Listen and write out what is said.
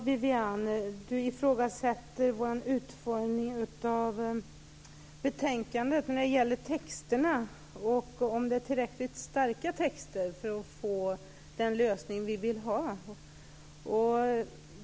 Herr talman! Viviann Gerdin ifrågasätter om texterna i betänkandet är tillräckligt starka för att få den lösning som vi vill ha.